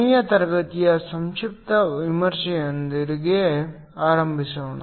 ಕೊನೆಯ ತರಗತಿಯ ಸಂಕ್ಷಿಪ್ತ ವಿಮರ್ಶೆಯೊಂದಿಗೆ ಆರಂಭಿಸೋಣ